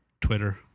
Twitter